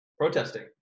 protesting